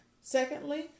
Secondly